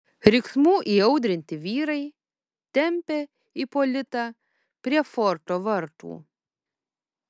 riksmų įaudrinti vyrai tempė ipolitą prie forto vartų